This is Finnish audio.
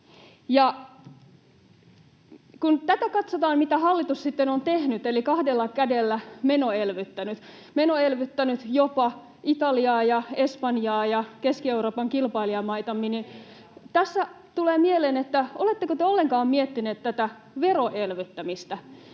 kun katsotaan, mitä hallitus sitten on tehnyt eli kahdella kädellä menoelvyttänyt — menoelvyttänyt jopa Italiaa ja Espanjaa ja Keski-Euroopan kilpailijamaita — niin tässä tulee mieleen, oletteko te ollenkaan miettineet tätä veroelvyttämistä.